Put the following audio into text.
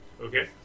okay